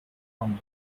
rounded